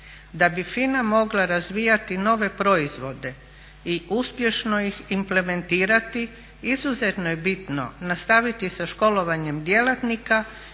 Da bi FINA mogla razvijati nove proizvode i uspješno ih implementirati izuzetno je bitno nastaviti sa školovanjem djelatnika